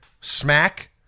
smack